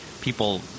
People